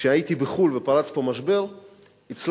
כשהייתי בחו"ל ופרץ פה משבר הצלחתי,